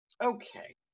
Okay